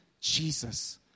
jesus